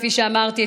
כפי שאמרתי,